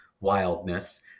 wildness